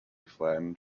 flattened